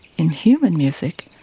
in human music,